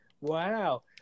Wow